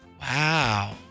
Wow